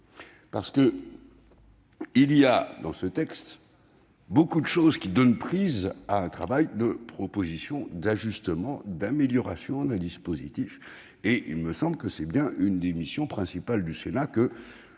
effet, il y a dans ce texte beaucoup de dispositifs qui donnent prise à un travail de proposition, d'ajustement, d'amélioration. Il me semble que c'est bien l'une des missions principales du Sénat, que